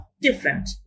different